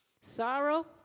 Sorrow